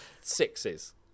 sixes